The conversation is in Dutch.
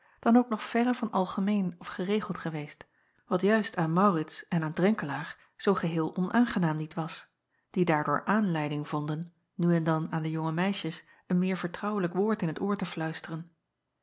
dan ook nog verre van algemeen of geregeld geweest wat juist aan aurits en aan renkelaer zoo geheel onaangenaam niet was die daardoor aanleiding vonden nu en dan aan de jonge meisjes een meer vertrouwelijk woord in t oor te fluisteren